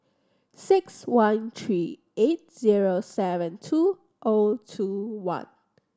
six one three eight zero seven two O two one